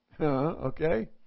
okay